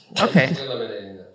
Okay